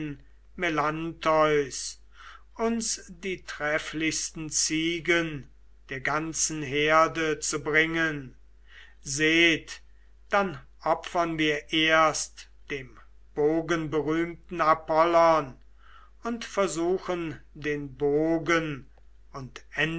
uns die trefflichsten ziegen der ganzen herde zu bringen seht dann opfern wir erst dem bogenberühmten apollon und versuchen den bogen und